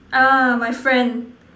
ah my friend